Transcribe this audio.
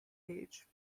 age